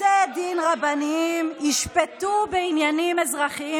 בתי דין רבניים ישפטו בעניינים אזרחיים